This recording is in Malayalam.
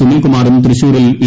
സുനിൽകുമാറും തൃശൂരിൽ എ